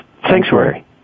sanctuary